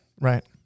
Right